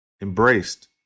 embraced